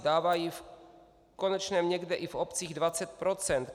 Dávají v konečném někde i v obcích 20 %.